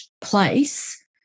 place